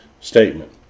statement